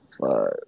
Fuck